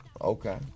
Okay